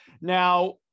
Now